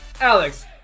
Alex